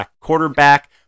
quarterback